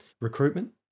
recruitment